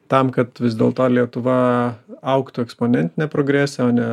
tam kad vis dėlto lietuva augtų eksponentine progresija o ne